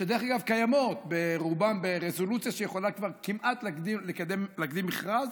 שדרך אגב קיימות ברובן ברזולוציה שיכולה כבר כמעט לקדם מכרז.